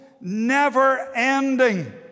never-ending